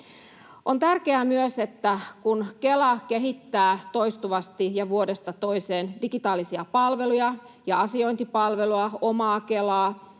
On tärkeää myös, että kun Kela kehittää toistuvasti ja vuodesta toiseen digitaalisia palveluja ja asiointipalvelua, OmaKelaa,